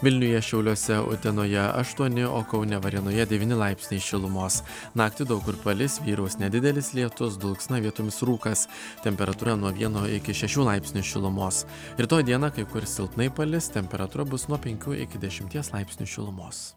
vilniuje šiauliuose utenoje aštuoni o kaune varėnoje devyni laipsniai šilumos naktį daug kur palis vyraus nedidelis lietus dulksna vietomis rūkas temperatūra nuo vieno iki šešių laipsnių šilumos rytoj dieną kai kur silpnai palis temperatūra bus nuo penkių iki dešimties laipsnių šilumos